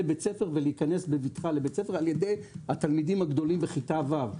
בית הספר ולהיכנס בבטחה לבית הספר על ידי התלמידים הגדולים בכיתה ו'.